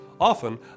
Often